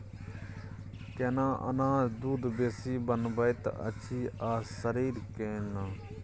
केना अनाज दूध बेसी बनबैत अछि आ शरीर केना?